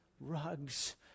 rugs